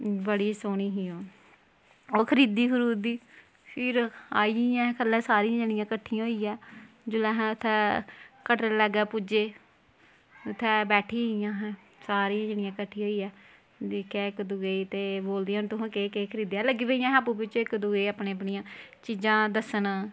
बड़ी सोह्नी ही ओह् ओह् खरीदी खरूदी फिर आई गेइयां अस थल्लै सारियां जनियां कट्ठियां होइयै जिसलै अस उत्थें कटरै लाग्गै पुज्जे उत्थैं बैठी गेइयां असें सारियां जनियां कट्ठी होइयै दिक्खेआ इक दूए गी ते बोलदियां हून तुसें केह् केह् खरीदेआ लगी पेइयां अस आपूं बिच्चू इक दूए गी अपनियां अपनियां चीजां दस्सन